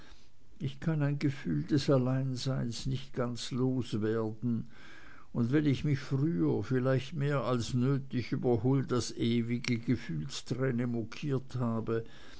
ich kann ein gefühl des alleinseins nicht ganz loswerden und wenn ich mich früher vielleicht mehr als nötig über huldas ewige gefühlsträne mokiert habe